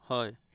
হয়